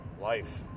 life